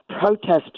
protest